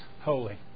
holy